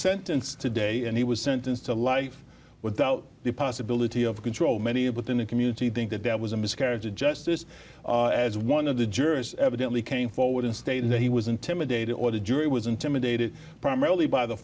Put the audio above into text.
sentenced today and he was sentenced to life without the possibility of control many of within a community think that there was a miscarriage of justice as one of the jurors evidently came forward and stated that he was intimidated or the jury was intimidated primarily by the